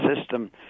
system